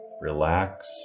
relax